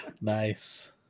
Nice